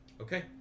Okay